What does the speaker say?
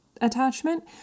attachment